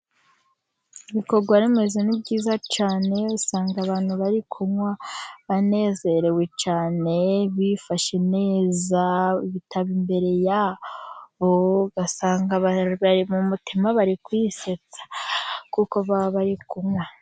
Ibikorwa remezo ni byiza cyane, usanga abantu bari kunywa banezerewe cyane, bifashe neza, ibitabo imbere yabo, ugasanga abarwaye mu mutima bari kuwisetsa, kuko baba bari kunywa.